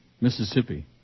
Mississippi